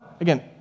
again